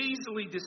easily